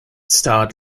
starred